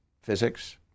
physics